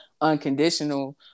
unconditional